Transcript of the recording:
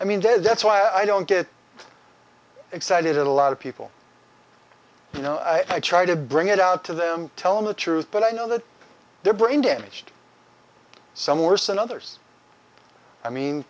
i mean dead that's why i don't get excited a lot of people you know i try to bring it out to them telling the truth but i know that their brain damaged some worse than others i mean